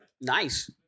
Nice